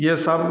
ये सब